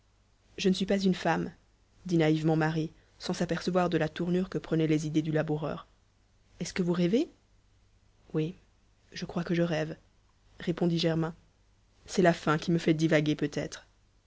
je ne suis pas une femme dit naïvement marie sans s'apercevoir de la tournure que prenaient les idées du laboureur est-ce que vous rêvez oui je crois que je rêve répondit germain c'est la faim qui me fait divaguer peut-être